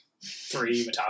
Three